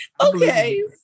Okay